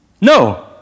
No